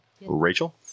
Rachel